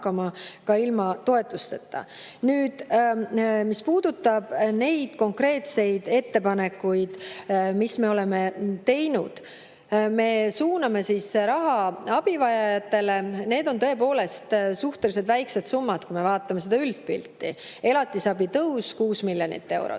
toetusteta. Nüüd need konkreetsed ettepanekud, mis me oleme teinud. Me suuname raha abivajajatele. Need on tõepoolest suhteliselt väiksed summad, kui me vaatame seda üldpilti. Elatisabi tõus – 6 miljonit eurot,